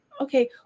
okay